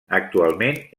actualment